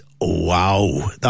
wow